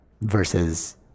versus